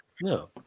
No